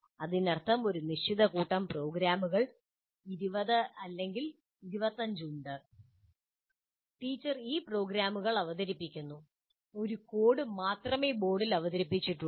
അതിനർത്ഥം ഒരു നിശ്ചിത കൂട്ടം പ്രോഗ്രാമുകൾ 20 അല്ലെങ്കിൽ 25 ഉണ്ട് ടീച്ചർ ഈ പ്രോഗ്രാമുകൾ അവതരിപ്പിക്കുന്നു ഒരു കോഡ് മാത്രമേ ബോർഡിൽ അവതരിപ്പിച്ചിട്ടുള്ളൂ